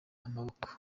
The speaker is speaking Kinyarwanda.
amaboko